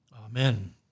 Amen